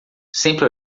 sempre